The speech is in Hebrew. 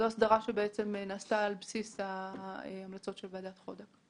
זו הסדרה שנעשתה על בסיס ההמלצות של ועדת חודק.